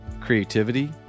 Creativity